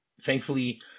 thankfully